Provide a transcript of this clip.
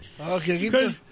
Okay